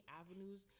avenues